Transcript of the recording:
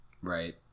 Right